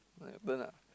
uh burn ah